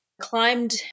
climbed